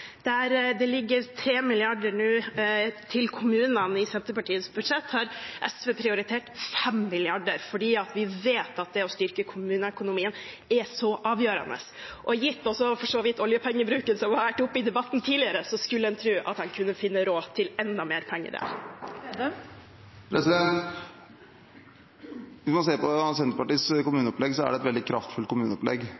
Der det nå ligger 3 mrd. kr til kommunene i Senterpartiets budsjett, har SV prioritert 5 mrd. kr, fordi vi vet at det å styrke kommuneøkonomien er så avgjørende. For så vidt – gitt oljepengebruken, som har vært oppe i debatten tidligere, skulle en tro at en kunne finne råd til enda mer penger. Når man ser på Senterpartiets